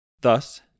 Thus